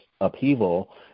upheaval